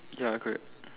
ya correct